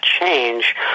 change